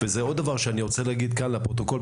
עוד דבר שאני רוצה להגיד כאן לפרוטוקול,